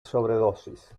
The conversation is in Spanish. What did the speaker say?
sobredosis